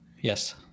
Yes